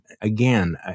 again